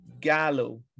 Gallo